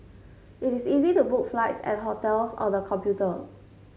it is easy to book flights and hotels on the computer